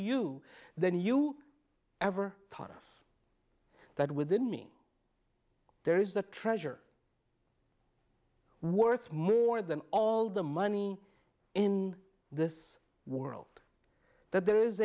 you than you ever thought us that within me there is a treasure worth more than all the money in this world that there is